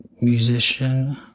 musician